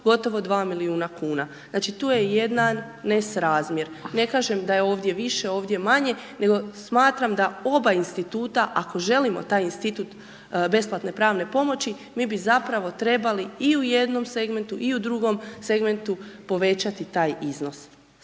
gotovo 2 milijuna kuna. Znači, tu je jedan nesrazmjer, ne kažem da je ovdje više, ovdje manje, nego smatram da oba Instituta, ako želimo taj Institut besplatne pravne pomoći, mi bi zapravo trebali i u jednom segmentu i u drugom segmentu, povećati taj iznos.